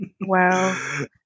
Wow